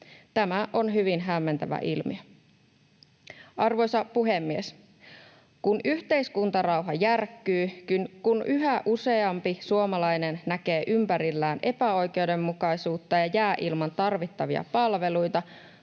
Tämä on hyvin hämmentävä ilmiö. Arvoisa puhemies! Kun yhteiskuntarauha järkkyy, kun yhä useampi suomalainen näkee ympärillään epäoikeudenmukaisuutta ja jää ilman tarvittavia palveluita,